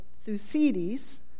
Thucydides